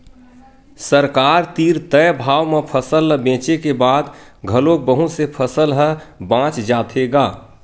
सरकार तीर तय भाव म फसल ल बेचे के बाद घलोक बहुत से फसल ह बाच जाथे गा